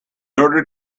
order